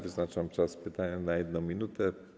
Wyznaczam czas pytania na 1 minutę.